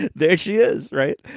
there she is. right.